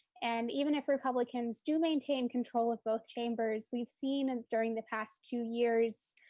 and even if republicans do maintain control of both chambers, we've seen and during the past two years,